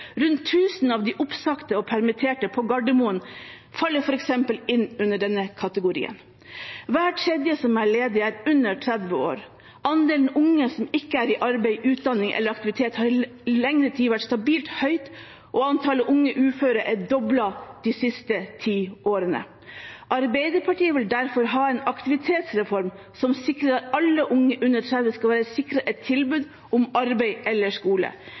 Rundt 1 000 av de oppsagte og permitterte på Gardermoen faller f.eks. inn under denne kategorien. Hver tredje som er ledig, er under 30 år, andelen unge som ikke er i arbeid, utdanning eller aktivitet, har i lengre tid vært stabilt høyt, og antallet unge uføre er doblet de siste ti årene. Arbeiderpartiet vil derfor ha en aktivitetsreform som sikrer alle unge under 30 år et tilbud om arbeid eller skole.